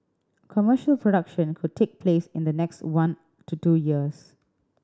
commercial production could take place in the next one to two years